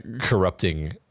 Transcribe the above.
corrupting